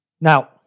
Now